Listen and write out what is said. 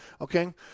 okay